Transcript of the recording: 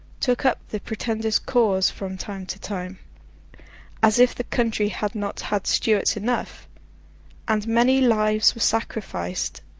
took up the pretender's cause from time to time as if the country had not had stuarts enough and many lives were sacrificed,